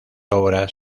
obras